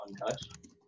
untouched